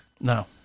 No